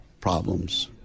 problems